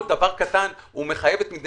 שחודשיים הפקירו את ציבור העצמאים והעסקים